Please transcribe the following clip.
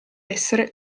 essere